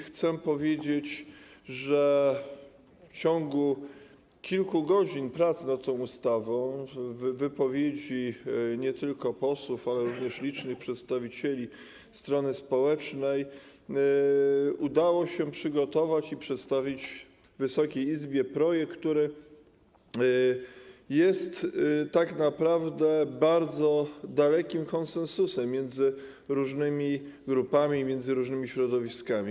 Chcę powiedzieć, że w ciągu kilku godzin pracy nad tą ustawą, przy wypowiedziach nie tylko posłów, ale również licznych przedstawicieli strony społecznej, udało się przygotować i przedstawić Wysokiej Izbie projekt, który jest tak naprawdę bardzo dalekim konsensusem między różnymi grupami, między różnymi środowiskami.